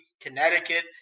connecticut